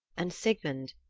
and sigmund,